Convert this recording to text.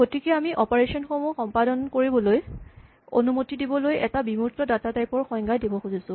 গতিকে আমি অপাৰেচন সমূহ সম্পাদন কৰিবলৈ অনুমতি দিবলৈ এটা বিমূৰ্ত ডাটা টাইপ ৰ সংজ্ঞা দিব খুজিছোঁ